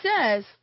says